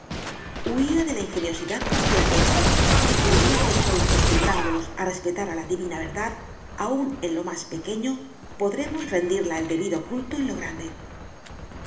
huía de la ingeniosidad como de la peste y creía que sólo acostumbrándonos a respetar a la divina verdad aun en lo más pequeño podremos rendirla el debido culto en lo grande